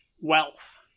wealth